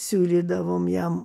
siūlydavom jam